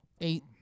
Eight